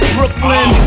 Brooklyn